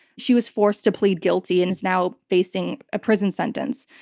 she was forced to plead guilty and is now facing a prison sentence.